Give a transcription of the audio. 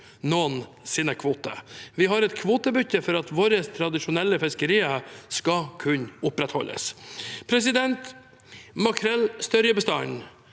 noens kvoter. Vi har et kvotebytte for at våre tradisjonelle fiskerier skal kunne opprettholdes. Makrellstørjebestanden